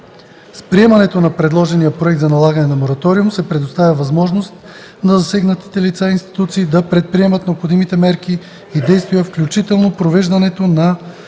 С приемането на предложения проект за налагане на мораториум се предоставя възможност на засегнатите лица и институции да предприемат необходимите мерки и действия, включително провеждането на